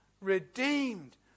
redeemed